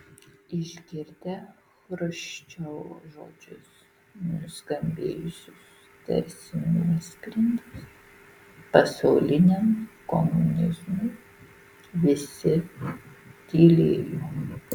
išgirdę chruščiovo žodžius nuskambėjusius tarsi nuosprendis pasauliniam komunizmui visi tylėjo